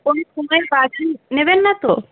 কোনো সময় বাকি নেবেন না তো